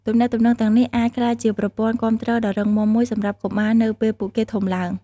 ទំនាក់ទំនងទាំងនេះអាចក្លាយជាប្រព័ន្ធគាំទ្រដ៏រឹងមាំមួយសម្រាប់កុមារនៅពេលពួកគេធំឡើង។